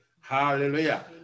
hallelujah